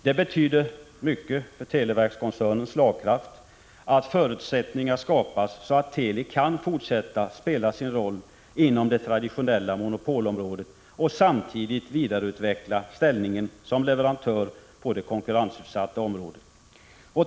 Det betyder mycket för televerkskoncernens slagkraft att förutsättningar skapas så att Teli kan fortsätta att spela sin roll inom det traditionella monopolområdet och samtidigt vidareutveckla ställningen som leverantör på det konkurrensutsatta området.